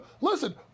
Listen